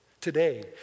today